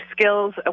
skills